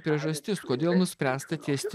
priežastis kodėl nuspręsta tiesti